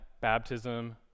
Baptism